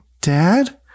Dad